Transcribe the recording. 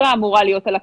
בבקשה.